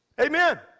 Amen